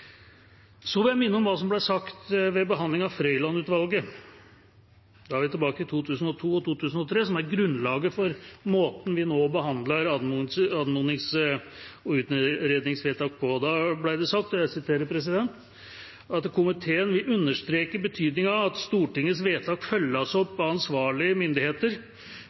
Så vil jeg minne om hva som ble sagt ved behandlingen av Frøiland-utvalgets rapport. Da er vi tilbake til 2002–2003, som er grunnlaget for måten vi nå behandler anmodnings- og utredningsvedtak på. Da ble det sagt: «Komiteen vil understreke betydningen av at Stortingets vedtak følges opp av ansvarlige myndigheter.